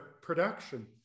production